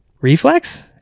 Reflex